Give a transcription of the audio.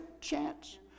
chance